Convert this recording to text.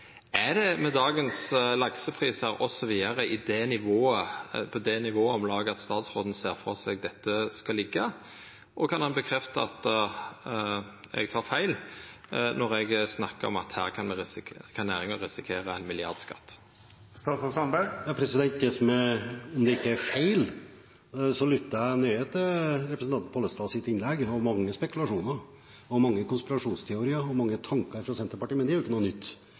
det nivået statsråden ser for seg at dette skal liggja, og kan han bekrefta at eg tek feil når eg snakkar om at næringa kan risikera ein milliardskatt? Om det ikke er feil, lytter jeg nøye til representanten Pollestads innlegg. Han har mange spekulasjoner og mange konspirasjonsteorier. Det er mange tanker fra Senterpartiet, men det er ikke noe nytt.